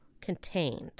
contained